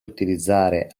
utilizzare